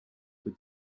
with